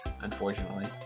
unfortunately